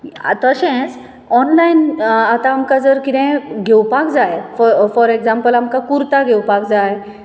तशेंच ऑनलायन आतां आमकां ऑनलायन जर कितेंय घेवपाक जाय फ फॉर एग्जापल कुर्ता घेवपाक जाय